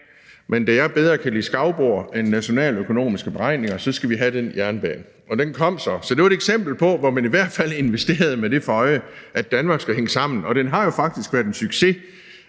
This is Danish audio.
ord: Da jeg bedre kan lide skagboer end nationaløkonomiske beregninger, så skal vi have den jernbane. Og den kom så. Så det var et eksempel, hvor man i hvert fald investerede med det for øje, at Danmark skal hænge sammen, og banen til Skagen, der